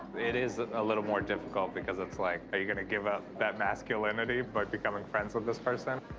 it is a little more difficult because it's, like, are you gonna give up that masculinity by becoming friends with this person?